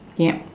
yep